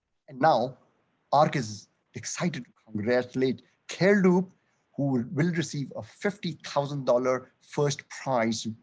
and now arc is excited congratulate caillou who will will receive a fifty thousand dollars first prize,